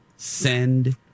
Send